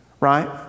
right